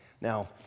Now